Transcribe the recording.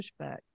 pushback